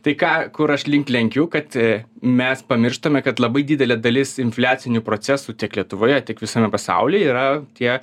tai ką kur aš link lenkiu kad mes pamirštame kad labai didelė dalis infliacinių procesų tiek lietuvoje tiek visame pasaulyje yra tie